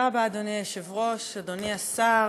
תודה רבה, אדוני היושב-ראש, אדוני השר,